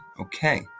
Okay